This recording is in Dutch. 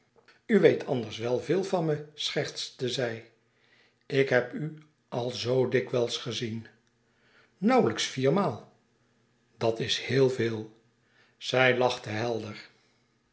weet anders wel veel van me schertste zij ik heb u al zoo dikwijls gezien nauwlijks vier maal dat is heel veel zij lachte helder